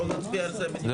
בוא נצביע על זה בנפרד.